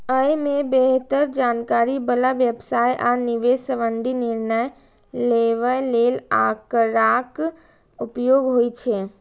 अय मे बेहतर जानकारी बला व्यवसाय आ निवेश संबंधी निर्णय लेबय लेल आंकड़ाक उपयोग होइ छै